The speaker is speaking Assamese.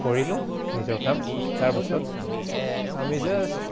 কৰিলো নিজৰ কাম তাৰপাছত আমি জাষ্ট